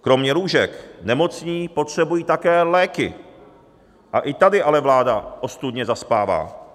Kromě lůžek nemocní potřebují také léky, a i tady ale vláda ostudně zaspává.